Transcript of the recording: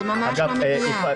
זה ממש לא מדויק.